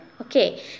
Okay